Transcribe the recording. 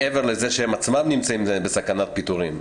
מעבר לזה שהן עצמן נמצאות בסכנת פיטורין,